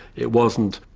it wasn't.